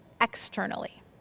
externally